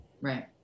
Right